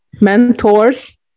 mentors